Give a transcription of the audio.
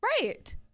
Right